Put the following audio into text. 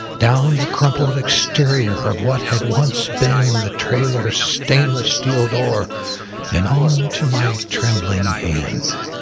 down the crumpled exterior of what had once been the trailer's stainless steel door and on to my trembling hand.